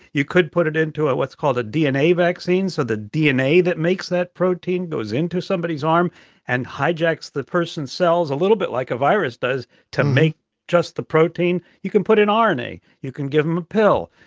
you could put it into a what's called a dna vaccine, so the dna that makes that protein goes into somebody's arm and hijacks the person's cells, a little bit like a virus does, to make just the protein. you can put in rna. you can give them a pill.